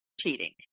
cheating